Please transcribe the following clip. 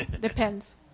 depends